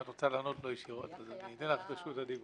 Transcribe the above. אם את רוצה לענות אני אתן לך את רשות הדיבור.